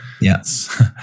Yes